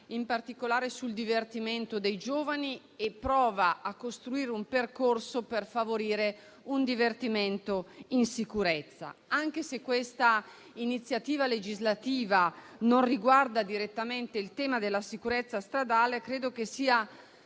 in particolare sul divertimento dei giovani, e prova a costruire un percorso per favorire un divertimento in sicurezza. Anche se questa iniziativa legislativa non riguarda direttamente il tema della sicurezza stradale, credo sia